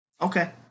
Okay